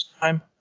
time